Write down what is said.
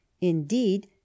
Indeed